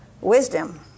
wisdom